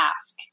ask